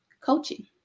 coaching